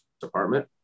department